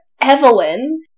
Evelyn